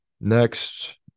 next